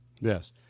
Yes